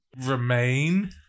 Remain